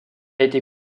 été